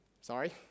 Sorry